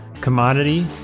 commodity